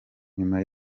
nyuma